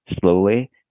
slowly